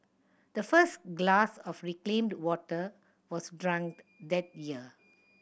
the first glass of reclaimed water was drunk that year